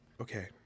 Okay